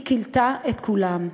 היא כילתה את כולם,